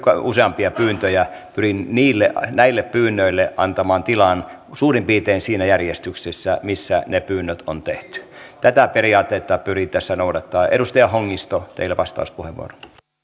useampia pyyntöjä pyrin näille pyynnöille antamaan tilan suurin piirtein siinä järjestyksessä missä ne pyynnöt on tehty tätä periaatetta pyrin tässä noudattamaan edustaja hongisto teillä vastauspuheenvuoro